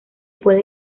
puede